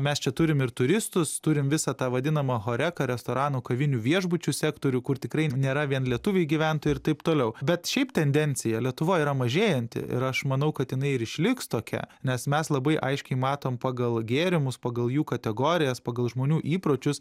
mes čia turim ir turistus turim visą tą vadinamą horeką restoranų kavinių viešbučių sektorių kur tikrai nėra vien lietuviai gyventojai ir taip toliau bet šiaip tendencija lietuvoj yra mažėjanti ir aš manau kad jinai ir išliks tokia nes mes labai aiškiai matom pagal gėrimus pagal jų kategorijas pagal žmonių įpročius